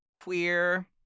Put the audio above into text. queer